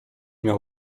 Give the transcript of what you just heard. miał